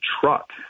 truck